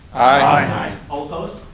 aye. all those